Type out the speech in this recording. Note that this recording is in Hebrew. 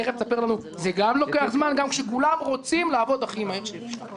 תכף תספר לנו זה לוקח זמן גם כשכולם רוצים לעבוד הכי מהר שאפשר.